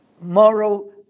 moral